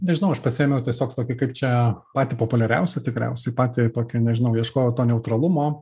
nežinau aš pasiėmiau tiesiog tokį kaip čia patį populiariausią tikriausiai patį tokį nežinau ieškojau to neutralumo